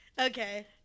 okay